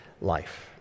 life